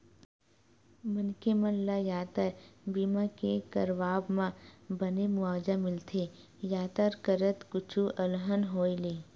मनखे मन ल यातर बीमा के करवाब म बने मुवाजा मिलथे यातर करत कुछु अलहन होय ले